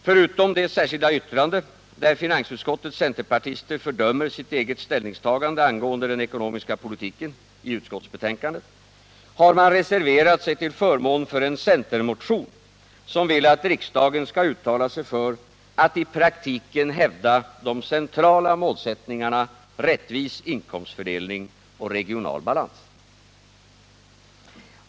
Förutom det särskilda yttrandet, där finansutskottets centerpartister fördömer sitt eget ställningstagande i utskottsbetänkandet angående den ekonomiska politiken, har man reserverat sig till förmån för en centermotion, som vill att riksdagen skall uttala sig för att i praktiken hävda de centrala målsättningarna rättvis inkomstfördelning och regional balans.